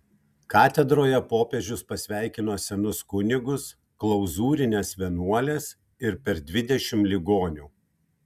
katedroje popiežius pasveikino senus kunigus klauzūrines vienuoles ir per dvidešimt ligonių